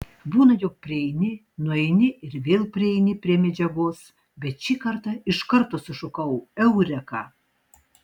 būna jog prieini nueini ir vėl prieini prie medžiagos bet šį kartą iš karto sušukau eureka